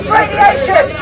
radiation